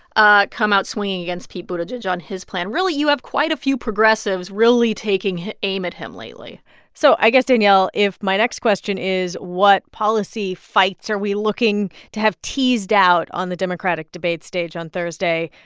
ah come out swinging against pete buttigieg on his plan. really, you have quite a few progressives really taking aim at him lately so i guess, danielle, if my next question is, what policy fights are we looking to have teased out on the democratic debate stage on thursday?